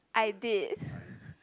I did